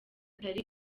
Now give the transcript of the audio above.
atari